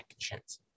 actions